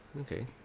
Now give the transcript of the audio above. Okay